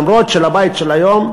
אף שהבית של היום,